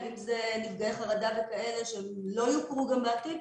אם אלה נפגעי חרדה שגם לא יוכרו בעתיד,